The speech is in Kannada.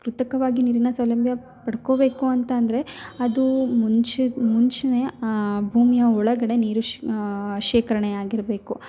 ಕೃತಕವಾಗಿ ನೀರಿನ ಸೌಲಭ್ಯ ಪಡ್ಕೊಳ್ಬೇಕು ಅಂತ ಅಂದರೆ ಅದೂ ಮುಂಚೆ ಮುಂಚೆ ಭೂಮಿಯ ಒಳಗಡೆ ನೀರು ಶ್ ಶೇಖರಣೆ ಆಗಿರಬೇಕು